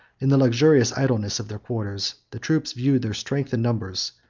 in the luxurious idleness of their quarters, the troops viewed their strength and numbers,